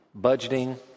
budgeting